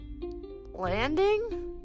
Landing